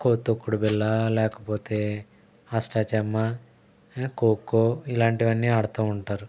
ఖో తొక్కుడు బిళ్ళ లేకపోతే అష్టాచెమ్మా ఖోఖో ఇలాంటివన్నీ ఆడుతూ ఉంటారు